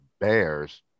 Bears